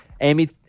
Amy